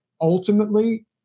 ultimately